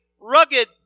rugged